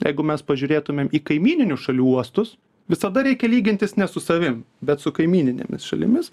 jeigu mes pažiūrėtumėm į kaimyninių šalių uostus visada reikia lygintis ne su savim bet su kaimyninėmis šalimis